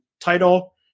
title